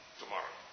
tomorrow